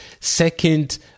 second